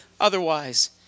otherwise